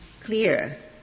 clear